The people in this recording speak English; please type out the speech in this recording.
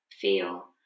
feel